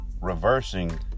reversing